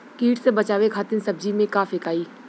कीट से बचावे खातिन सब्जी में का फेकाई?